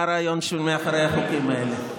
את הרעיון שמאחורי החוקים האלה.